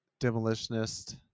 demolitionist